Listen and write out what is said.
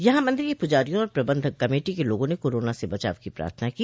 यहां मंदिर के पुजारियों और प्रबंध कमेटी के लोगों ने कोरोना से बचाव की प्रार्थना की